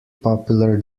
popular